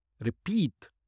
repeat